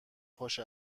خوش